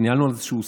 ניהלנו איזשהו שיח,